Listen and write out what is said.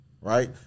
right